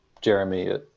Jeremy